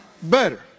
Better